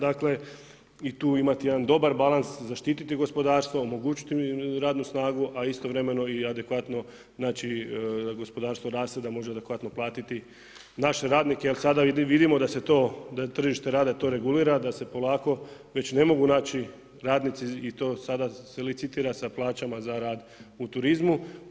Dakle i tu imati jedan dobar balans, zaštiti gospodarstvo, omogućiti radnu snagu a istovremeno i adekvatno, znači gospodarstvo … može adekvatno platiti naše radnike jer sada vidimo da se to, da tržište rada to regulira, da se polako već ne mogu naći radnici i to sada se licitira sa plaćama za rad u turizmu.